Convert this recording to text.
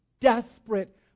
desperate